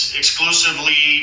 exclusively